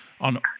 on